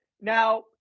Now